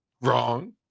wrong